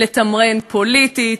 לתמרן פוליטית,